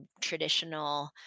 traditional